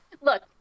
Look